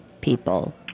people –